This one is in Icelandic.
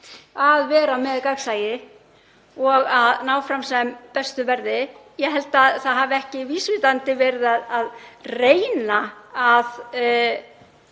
að vera með gagnsæi og að ná fram sem bestu verði. Ég held að það hafi ekki vísvitandi verið að reyna að